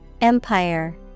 Empire